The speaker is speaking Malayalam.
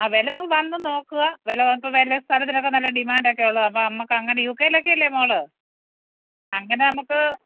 ആ വില നിങ്ങൾ വന്നു നോക്കാം വില സ്ഥലത്തിനൊക്കെ നല്ല ഡിമാൻറ്റൊക്കെ ഉള്ളതാണ് അപ്പോൾ നമുക്ക് അങ്ങനെ യു കെയിലൊക്കെയല്ലേ മോൾ അങ്ങനെ നമുക്ക്